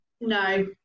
no